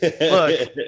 Look